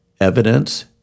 evidence